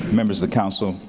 members of the council,